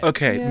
Okay